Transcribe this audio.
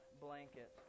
blanket